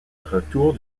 retour